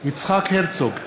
יצחק הרצוג,